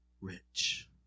rich